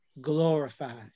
glorified